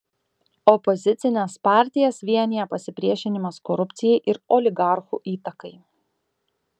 opozicines partijas vienija pasipriešinimas korupcijai ir oligarchų įtakai